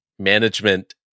Management